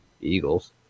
Eagles